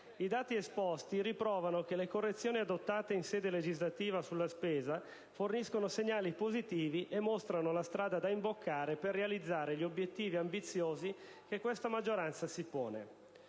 I dati esposti provano che le correzioni adottate in sede legislativa sulla spesa forniscono segnali positivi e mostrano la strada da imboccare per realizzare gli obiettivi ambiziosi che questa maggioranza si pone,